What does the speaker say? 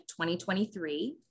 2023